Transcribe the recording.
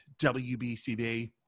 WBCB